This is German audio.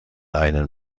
einen